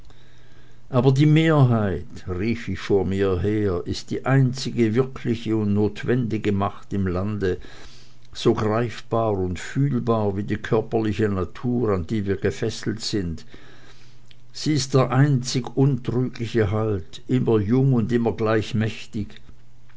aber die mehrheit rief ich vor mir her ist die einzige wirkliche und notwendige macht im lande so greifbar und fühlbar wie die körperliche natur an die wir gefesselt sind sie ist der einzig untrügliche halt immer jung und immer gleich mächtig